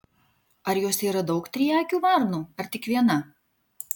ar juose yra daug triakių varnų ar tik viena